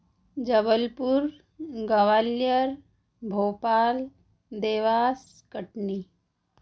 Jabalpur Gwalior Bhopal Dewas Katni